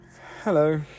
hello